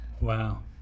Wow